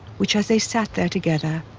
which as they sat there together